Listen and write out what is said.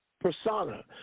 persona